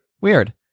weird